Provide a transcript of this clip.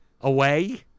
Away